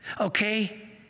Okay